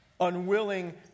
Unwilling